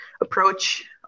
approach